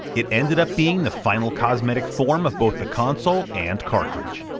it ended up being the final cosmetic form of both the console and cartridge.